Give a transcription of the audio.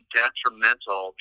detrimental